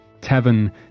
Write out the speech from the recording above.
tavern